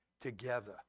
together